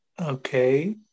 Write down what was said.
okay